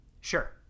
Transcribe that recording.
Sure